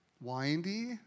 windy